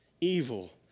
evil